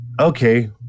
okay